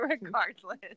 regardless